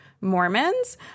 Mormons